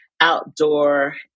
outdoor